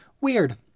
weird